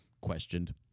questioned